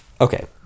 Okay